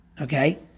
okay